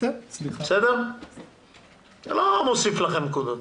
זה לא מוסיף לכם נקודות.